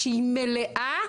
שהיא מלאה,